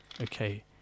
okay